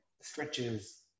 stretches